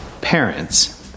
parents